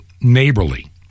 neighborly